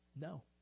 No